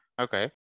okay